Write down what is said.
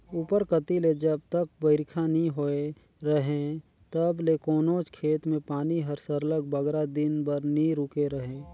उपर कती ले जब तक बरिखा नी होए रहें तब ले कोनोच खेत में पानी हर सरलग बगरा दिन बर नी रूके रहे